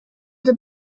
the